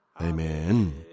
Amen